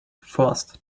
forced